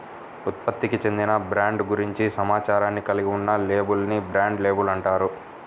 ఉత్పత్తికి చెందిన బ్రాండ్ గురించి సమాచారాన్ని కలిగి ఉన్న లేబుల్ ని బ్రాండ్ లేబుల్ అంటారు